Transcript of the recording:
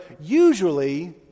Usually